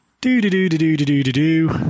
Do-do-do-do-do-do-do-do